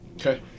Okay